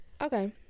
Okay